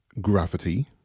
gravity